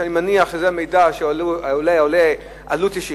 שאני מניח שזאת העלות הישירה,